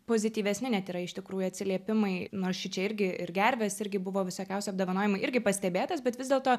pozityvesni net yra iš tikrųjų atsiliepimai nors šičia irgi ir gervės irgi buvo visokiausi apdovanojimai irgi pastebėtas bet vis dėlto